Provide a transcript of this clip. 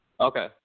Okay